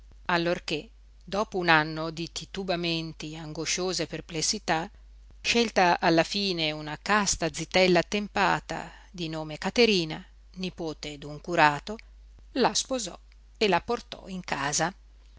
allorché dopo un anno di titubamenti e angosciose perplessità scelta alla fine una casta zitella attempata di nome caterina nipote d'un curato la sposò e la portò in casa